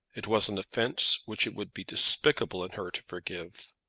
it was an offence which it would be despicable in her to forgive.